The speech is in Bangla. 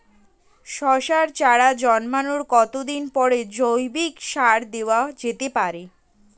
শশার চারা জন্মানোর কতদিন পরে জৈবিক সার দেওয়া যেতে পারে?